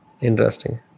interesting